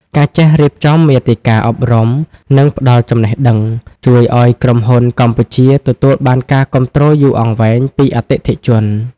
ការចេះរៀបចំមាតិកាអប់រំ និងផ្តល់ចំណេះដឹង ជួយឱ្យក្រុមហ៊ុនកម្ពុជាទទួលបានការគាំទ្រយូរអង្វែងពីអតិថិជន។